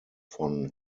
von